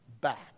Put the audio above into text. back